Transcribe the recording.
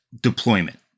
deployment